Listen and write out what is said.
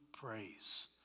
praise